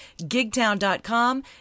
Gigtown.com